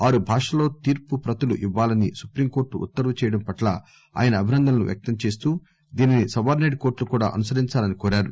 ఆరు భాషల్లో తీర్పు ప్రతులు ఇవ్వాలని సుప్రీంకోర్లు ఉత్తర్వు చేయడం పట్ల ఆయన అభినందన తెలియజేస్తూ దీనిని సబార్గిసేట్ కోర్టులు కూడా అనుసరించాలని కోరారు